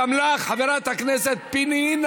חבר הכנסת מיקי זוהר.